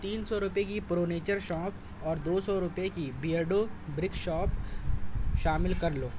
تین سو روپے کی پرو نیچر شونف اور دو سو روپے کی بیئرڈو برک شاپ شامل کر لو